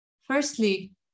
Firstly